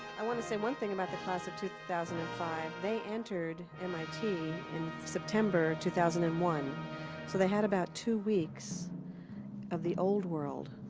i want to say one thing about the class of two thousand and five they entered mit in september two thousand and one. so they had about two weeks of the old world,